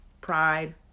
Pride